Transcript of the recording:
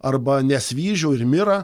arba nesvyžių ir mirą